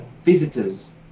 visitors